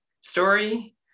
story